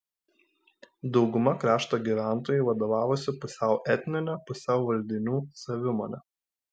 dauguma krašto gyventojų vadovavosi pusiau etnine pusiau valdinių savimone